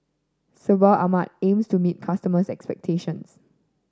sebamed aims to meet its customers' expectations